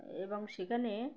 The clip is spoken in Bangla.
এবং সেখানে